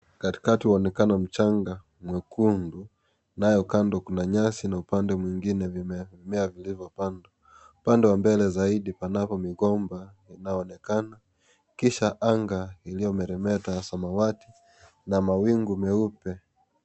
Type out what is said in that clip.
Katikati mwonekano wa mchanga mwekundu, nayo kando kuna nyasi na upande mwingine vimemea vilivyopandwa mbele zaidi panapo migomba inaonekana kisha anga iliyomeremeta ya samawati na mawingu meupe